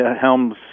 Helms